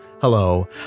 Hello